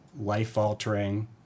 life-altering